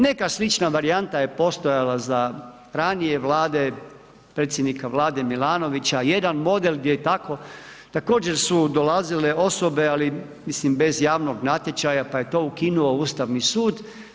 Neka slična varijanta je postojala za ranije Vlade, predsjednika Vlade Milanovića, jedan model gdje također su dolazile osobe ali mislim bez javnog natječaja pa je to ukinuo Ustavni sud.